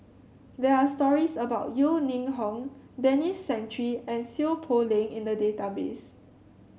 there are stories about Yeo Ning Hong Denis Santry and Seow Poh Leng in the database